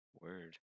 word